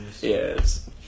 Yes